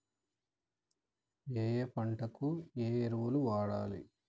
ఏయే పంటకు ఏ ఎరువులు వాడాలి?